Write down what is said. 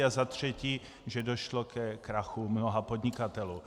A za třetí, že došlo ke krachu mnoha podnikatelů.